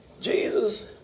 Jesus